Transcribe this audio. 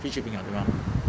free shipping ah 对 mah